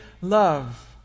love